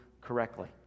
correctly